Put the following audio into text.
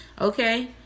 okay